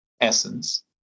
essence